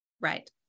right